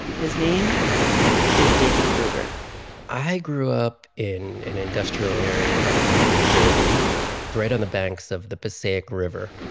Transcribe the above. his name is david gruber i grew up in an industrial area of new jersey. it's right on the banks of the passaic river,